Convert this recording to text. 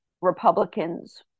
Republicans